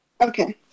Okay